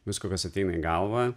visko kas ateina į galvą